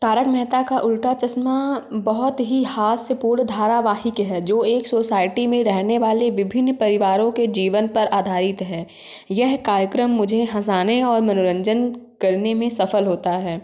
तारक मेहता का उल्टा चश्मा बहुत ही हास्यपूर्ण धारावाहिक है जो एक सोसाइटी में रहने वाले विभिन्न परिवारों के जीवन पर आधारित है यह कार्यक्रम मुझे हँसाने और मनोरंजन करने में सफल होता है